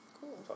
Cool